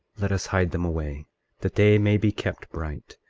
let us hide them away that they may be kept bright,